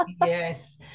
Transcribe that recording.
Yes